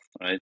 right